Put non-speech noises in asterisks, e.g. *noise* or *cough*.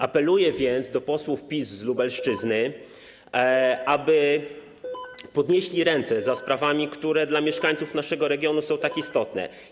Apeluję więc do posłów PiS z Lubelszczyzny, *noise* aby podnieśli ręce za sprawami, które dla mieszkańców naszego regionu są tak istotne.